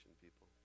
people